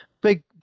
big